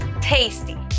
tasty